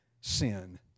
sin